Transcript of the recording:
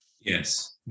Yes